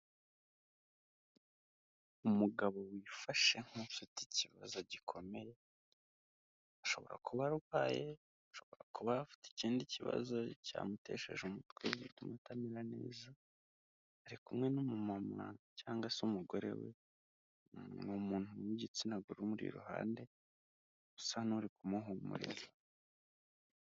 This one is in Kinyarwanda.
Umugabo wifashe nk'ufite ikibazo gikomeye, ashobora kuba arwaye, ashobora kuba afite ikindi kibazo cyamutesheje umutwe, bituma atamera neza, ari kumwe n'umumama cyangwa se umugore we, ni umuntu w'igitsina gore umuri iruhande usa n'uri kumuhumuriza.